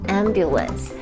ambulance，